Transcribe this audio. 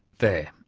they.